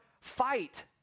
fight